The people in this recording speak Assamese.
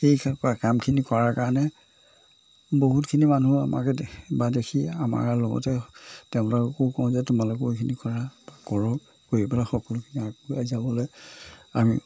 সেই কামখিনি কৰাৰ কাৰণে বহুতখিনি মানুহ আমাক দে বা দেখি আমাৰ লগতে তেওঁলোককো কওঁ যে তোমালোকো এইখিনি কৰা কৰক কৰি পেলাই সকলোখিনি আগবঢ়াই যাবলৈ আমি